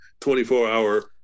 24-hour